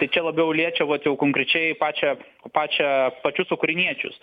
tai čia labiau liečia vat jau konkrečiai pačią pačią pačius ukrainiečius